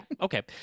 okay